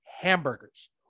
hamburgers